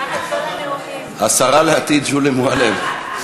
אין דרמה, השרה לעתיד שולי מועלם.